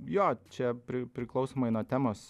jo čia priklausomai nuo temos